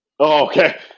Okay